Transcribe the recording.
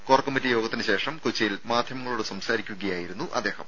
core committee യോഗത്തിന് ശേഷം മാധ്യമങ്ങളോട് സംസാരിക്കുകയായിരുന്നു അദ്ദേഹം